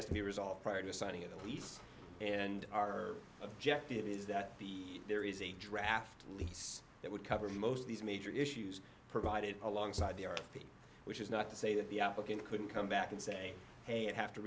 has to be resolved prior to signing of the lease and our objective is that there is a draft lease that would cover most of these major issues provided alongside the thing which is not to say that the applicant couldn't come back and say hey i have to